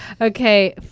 Okay